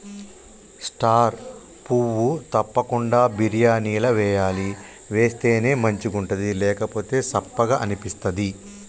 star పువ్వు తప్పకుండ బిర్యానీల వేయాలి వేస్తేనే మంచిగుంటది లేకపోతె సప్పగ అనిపిస్తది